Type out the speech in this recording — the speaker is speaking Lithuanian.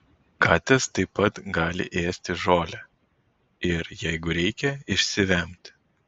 katės taip pat gali ėsti žolę ir jeigu reikia išsivemti